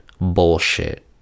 bullshit